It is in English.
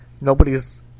nobody's